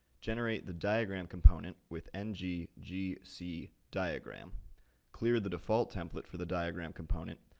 generate the diagram component with ng g g c diagram clear the default template for the diagram component,